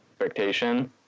expectation